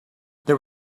there